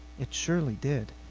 it surely did.